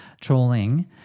trolling